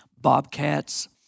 Bobcat's